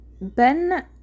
ben